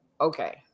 okay